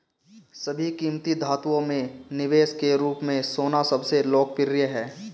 सभी कीमती धातुओं में निवेश के रूप में सोना सबसे लोकप्रिय है